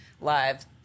live